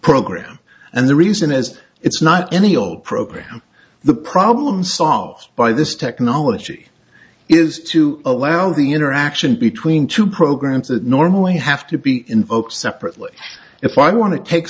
program and the reason is it's not any old program the problem solved by this technology is to allow the interaction between two programs that normally have to be invoked separately if i want to take